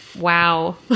Wow